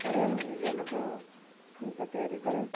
କରେ ଏବଂ ନିଜେ ମଧ୍ୟ ଜିନିଷ ତିଆରି କରେ